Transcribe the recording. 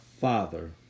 father